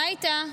מה איתה?